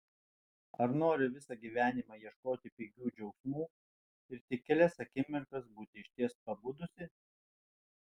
ar nori visą gyvenimą ieškoti pigių džiaugsmų ir tik kelias akimirkas būti išties pabudusi